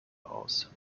aus